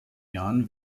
jahren